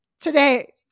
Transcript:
Today